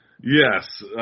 Yes